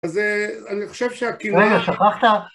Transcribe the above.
אז אני חושב שעקירה... רגע, שכחת?